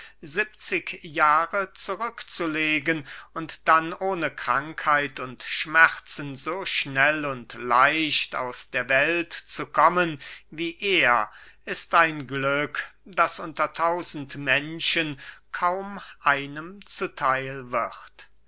siebzig jahre zurückzulegen und dann ohne krankheit und schmerzen so schnell und leicht aus der welt zu kommen wie er ist ein glück das unter tausend menschen kaum einem zu theil wird